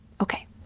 Okay